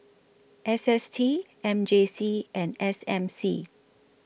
S S T M J C and S M C